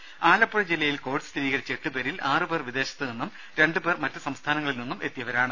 ദേഴ ആലപ്പുഴ ജില്ലയിൽ കോവിഡ് സ്ഥിരീകരിച്ച എട്ടുപേരിൽ ആറുപേർ വിദേശത്തുനിന്നും രണ്ടുപേർ മറ്റ് സംസ്ഥാനങ്ങളിൽ നിന്നും എത്തിയവരാണ്